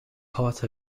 pot